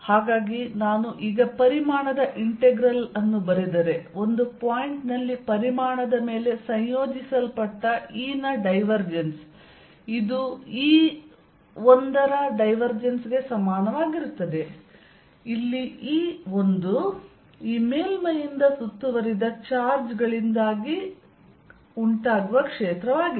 ಹಾಗಾಗಿ ನಾನು ಈಗ ಪರಿಮಾಣದ ಇಂಟೆಗ್ರಲ್ ಅನ್ನು ಬರೆದರೆ ಒಂದು ಪಾಯಿಂಟ್ ನಲ್ಲಿ ಪರಿಮಾಣದ ಮೇಲೆ ಸಂಯೋಜಿಸಲ್ಪಟ್ಟ E ನ ಡೈವರ್ಜೆನ್ಸ್ ಇದು E1 ನ ಡೈವರ್ಜೆನ್ಸ್ ಗೆ ಸಮಾನವಾಗಿರುತ್ತದೆ ಇಲ್ಲಿ E1 ಈ ಮೇಲ್ಮೈಯಿಂದ ಸುತ್ತುವರಿದ ಚಾರ್ಜ್ ಗಳಿಂದಾಗಿ ಕ್ಷೇತ್ರವಾಗಿದೆ